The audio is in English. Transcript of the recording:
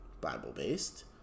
Bible-based